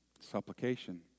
supplication